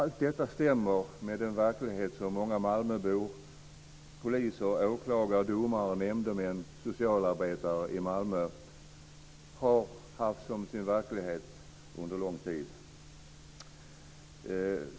Allt detta stämmer med den verklighet som många malmöbor, poliser, åklagare, domare, nämndemän och socialarbetare i Malmö har haft som sin verklighet under lång tid.